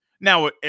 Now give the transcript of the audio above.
Now